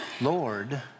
Lord